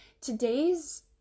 today's